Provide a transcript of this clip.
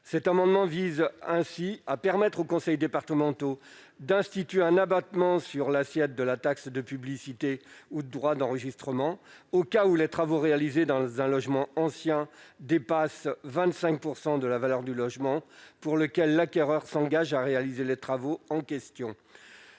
Cet amendement vise donc à permettre aux conseils départementaux d'instituer un abattement sur l'assiette de la taxe de publicité ou de droit d'enregistrement, au cas où les travaux réalisés dans un logement ancien dépassent 25 % de la valeur du logement pour lequel l'acquéreur s'engage à réaliser les travaux en question.